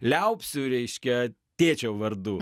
liaupsių reiškia tėčio vardu